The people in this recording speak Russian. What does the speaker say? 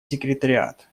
секретариат